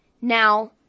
Now